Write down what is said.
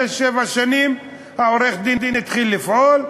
שש-שבע שנים עד שהעורך-דין התחיל לפעול,